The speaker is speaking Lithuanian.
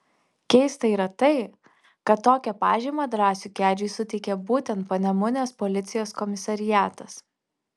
keista yra tai kad tokią pažymą drąsiui kedžiui suteikė būtent panemunės policijos komisariatas